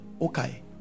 okay